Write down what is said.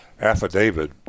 affidavit